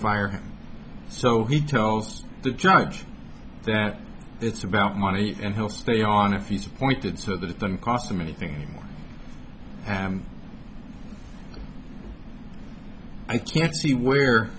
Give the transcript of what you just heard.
fire so he tells the judge that it's about money and he'll stay on a few pointed so that it doesn't cost him anything and i can't see where